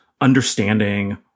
understanding